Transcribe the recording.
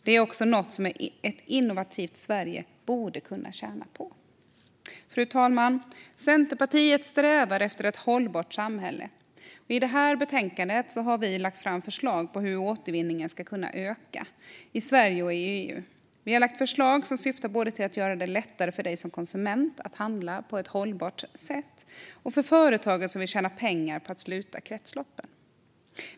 Det är också något som ett innovativt Sverige borde kunna tjäna på. Fru talman! Centerpartiet strävar efter ett hållbart samhälle. I betänkandet har vi lagt fram förslag på hur återvinningen ska kunna öka i Sverige och i EU. Vi har lagt fram förslag som syftar både till att göra det lättare för dig som konsument att handla på ett hållbart sätt och till att underlätta för företagare som vill tjäna pengar på att sluta kretsloppen.